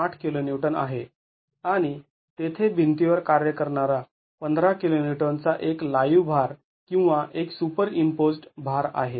८kN आहे आणि तेथे भिंतीवर कार्य करणारा १५ kN चा एक लाईव्ह भार किंवा एक सुपरइम्पोज्ड् भार आहे